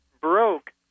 broke